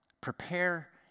prepare